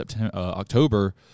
October